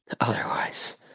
Otherwise